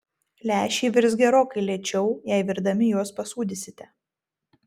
lęšiai virs gerokai lėčiau jei virdami juos pasūdysite